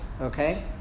okay